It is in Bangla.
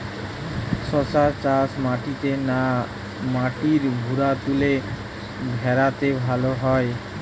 শশা চাষ মাটিতে না মাটির ভুরাতুলে ভেরাতে ভালো হয়?